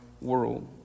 world